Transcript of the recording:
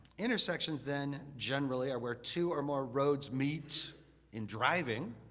intersections then generally are where two or more roads meet in driving,